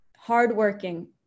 Hardworking